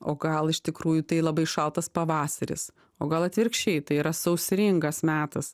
o gal iš tikrųjų tai labai šaltas pavasaris o gal atvirkščiai tai yra sausringas metas